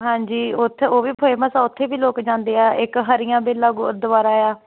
ਹਾਂਜੀ ਉਥੇ ਉਹ ਵੀ ਫੇਮਸ ਉੱਥੇ ਵੀ ਲੋਕ ਜਾਂਦੇ ਆ ਇੱਕ ਹਰੀਆਂ ਬੇਲਾ ਦੁਆਰਾ ਆ